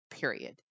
period